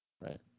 Right